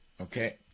Okay